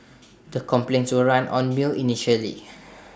the complaints were run on mill initially